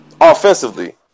offensively